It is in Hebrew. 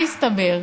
מה הסתבר?